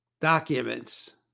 documents